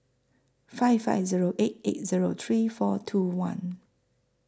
five five Zero eight eight Zero three four two one